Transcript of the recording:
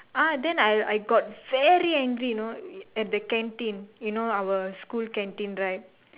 ah then I I got very angry you know at the canteen you know our school canteen right